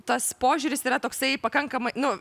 tas požiūris yra toksai pakankamai nu